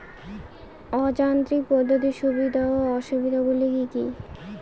অযান্ত্রিক পদ্ধতির সুবিধা ও অসুবিধা গুলি কি কি?